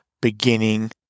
beginning